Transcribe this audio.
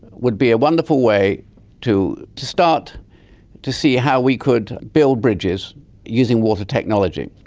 would be a wonderful way to start to see how we could build bridges using water technology.